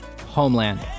homeland